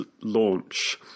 launch